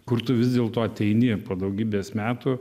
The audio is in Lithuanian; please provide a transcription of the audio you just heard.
kur tu vis dėlto ateini po daugybės metų